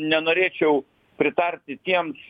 nenorėčiau pritarti tiems